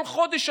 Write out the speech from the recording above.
כל חודש,